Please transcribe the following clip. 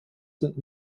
sind